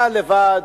אתה לבד,